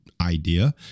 idea